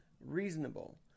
reasonable